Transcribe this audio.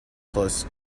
plus